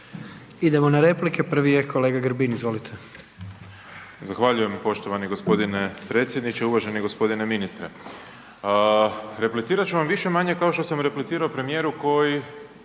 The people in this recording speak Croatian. Idemo na replike, prvi je kolega Grbin, izvolite.